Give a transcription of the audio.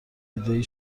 عدهای